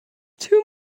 too